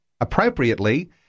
appropriately